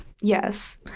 Yes